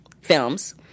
Films